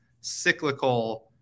cyclical